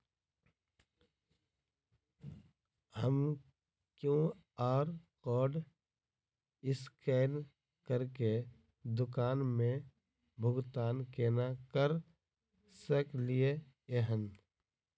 हम QR code scan करके दुकान मे भुगतान केना करऽ सकलिये एहन?